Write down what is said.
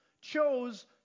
chose